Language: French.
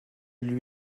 lui